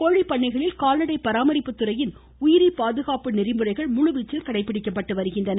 கோழிப்பண்ணைகளில் கால்நடை பராமரிப்புத்துறையின் உயிரி பாதுகாப்பு நெறிமுறைகள் முழுவீச்சில் கடைபிடிக்கப்பட்டு வருகின்றன